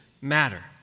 matter